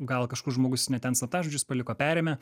gal kažkur žmogus ne ten slaptažodžius paliko perėmė